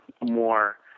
more